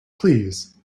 please